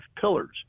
pillars